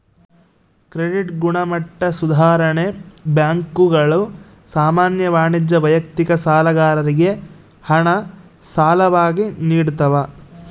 credit ಗುಣಮಟ್ಟ ಸುಧಾರಣೆ ಬ್ಯಾಂಕುಗಳು ಸಾಮಾನ್ಯ ವಾಣಿಜ್ಯ ವೈಯಕ್ತಿಕ ಸಾಲಗಾರರಿಗೆ ಹಣ ಸಾಲವಾಗಿ ನಿಡ್ತವ